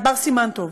את בר סימן טוב,